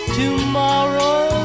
tomorrow